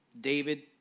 David